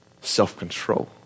self-control